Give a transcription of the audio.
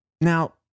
Now